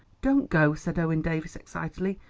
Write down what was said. don't go, said owen davies excitedly,